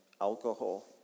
alcohol